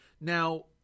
Now